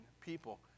people